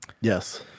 Yes